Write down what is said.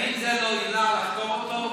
האם זה לא עילה לחקור אותו,